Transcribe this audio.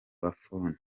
buffon